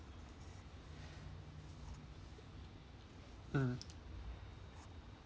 mm